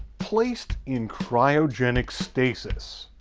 placed in cryogenic stasis!